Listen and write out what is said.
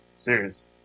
Serious